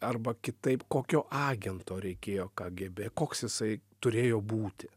arba kitaip kokio agento reikėjo kgb koks jisai turėjo būti